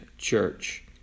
church